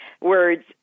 words